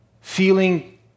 feeling